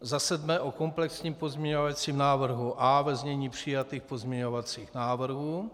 Za sedmé o komplexním pozměňovacím návrhu A ve znění přijatých pozměňovacích návrhů.